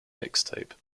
mixtape